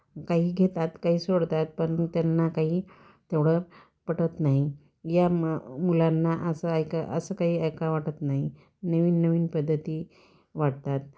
काही घेतात काही सोडतात पण त्यांना काही तेवढं पटत नाही या म मुलांना असं ऐका असं काही ऐका वाटत नाही नवीन नवीन पद्धती वाटतात